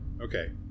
Okay